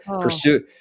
pursue